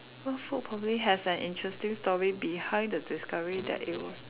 what food probably has an interesting story behind the discovery that it was